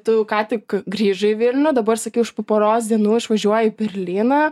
tu ką tik grįžai į vilnių dabar sakai už po poros dienų išvažiuoji į berlyną